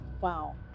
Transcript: Wow